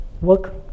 work